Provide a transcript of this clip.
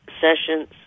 sessions